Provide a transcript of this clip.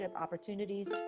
opportunities